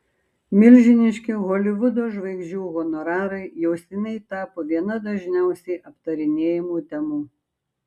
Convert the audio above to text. milžiniški holivudo žvaigždžių honorarai jau seniai tapo viena dažniausiai aptarinėjamų temų